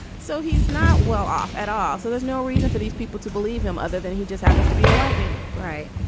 so he's not well off at all. so there's no reason for these people to believe him other than he just happens to be a white man. right.